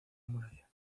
muralla